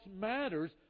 matters